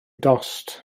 dost